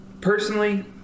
personally